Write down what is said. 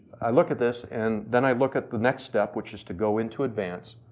i look at this and then i look at the next step, which is to go into advance.